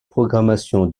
programmation